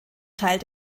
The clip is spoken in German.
teil